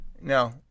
No